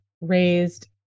raised